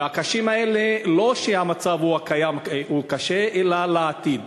קשים, לא שהמצב הקיים הוא קשה, אלא לעתיד.